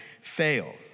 fail